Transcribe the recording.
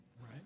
Right